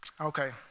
Okay